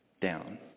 down